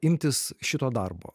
imtis šito darbo